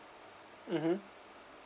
mmhmm